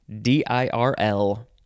d-i-r-l